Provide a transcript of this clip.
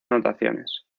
anotaciones